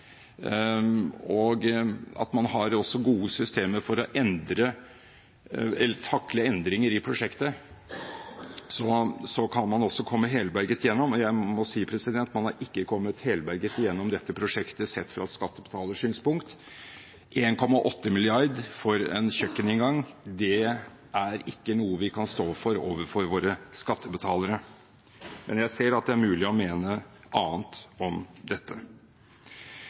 og at man også har gode systemer for å takle endringer i prosjektet, så man kommer helberget igjennom. Jeg må si at man er ikke kommet helberget gjennom dette prosjektet sett fra en skattebetalers synspunkt. 1,8 mrd. kr for en kjøkkeninngang er ikke noe vi kan stå for overfor skattebetalerne. Men jeg ser at det er mulig å mene noe annet om dette.